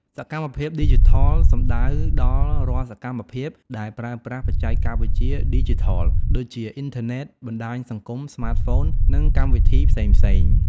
សកម្មភាពឌីជីថល សំដៅដល់រាល់សកម្មភាពដែលប្រើប្រាស់បច្ចេកវិទ្យាឌីជីថល ដូចជាអ៊ីនធឺណិត បណ្ដាញសង្គម ស្មាតហ្វូន និងកម្មវិធីផ្សេងៗ។